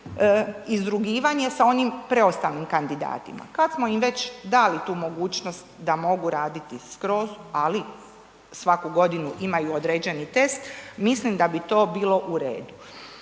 izrugivanje sa onim preostalim kandidatima. Kad smo im već dali tu mogućnost da mogu raditi skroz, ali svaku godinu imaju određeni test, mislim da bi to bilo u redu.